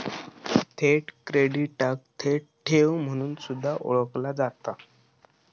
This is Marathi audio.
थेट क्रेडिटाक थेट ठेव म्हणून सुद्धा ओळखला जाता